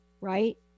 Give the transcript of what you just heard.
right